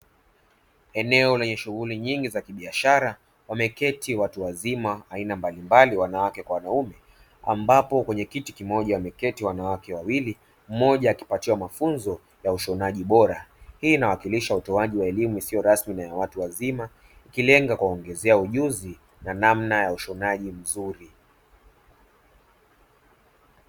Eneo lenye shughuli nyingi za kibiashara wameketi watu wazima aina mbalimbali wanawake kwa wanaume ambapo kwenye kiti kimoja wameketi wanawake wawili mmoja akipatiwa mafunzo ya ushonaji bora, hii inawakilisha utoaji wa elimu isiyo rasmi ya watu wazima ikilenga kuwaongezea ujuzi na namna ya ushonaji mzuri.